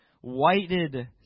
whited